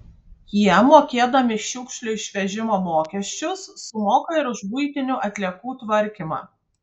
jie mokėdami šiukšlių išvežimo mokesčius sumoka ir už buitinių atliekų tvarkymą